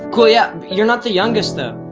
cool yeah, you're not the youngest though.